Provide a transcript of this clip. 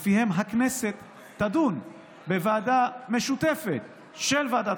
שלפיהם הכנסת תדון בוועדה משותפת של ועדת